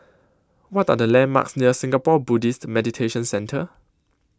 What Are The landmarks near Singapore Buddhist Meditation Centre